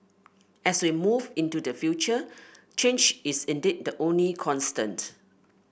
as we move into the future change is indeed the only constant